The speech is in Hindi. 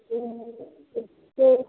तो